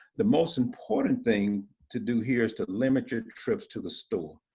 the most important thing to do here is to limit your trips to the store.